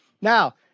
Now